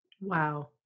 Wow